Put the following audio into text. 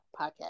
podcast